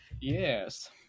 Yes